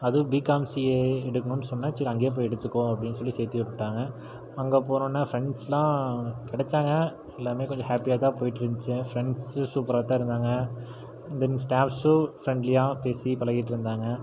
அதுவும் b com CA எடுக்கணும்னு சொன்னேன் சரி அங்கையே போய் எடுத்துக்கோ அப்படினு சொல்லி சேர்த்திவுட்டுட்டாங்க அங்கே போனோன்னே ஃப்ரெண்ட்ஸ்லாம் கிடைச்சாங்க எல்லாமே கொஞ்சம் ஹாப்பியாக தான் போய்கிட்டு இருந்துச்சு ஃப்ரெண்ட்ஸு சூப்பராக தான் இருந்தாங்க அந்த மாரி ஸ்டாப்ஸும் ஃப்ரெண்ட்லியாக பேசி பழகிகிட்டு இருந்தாங்க